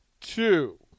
two